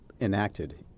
enacted